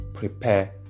Prepare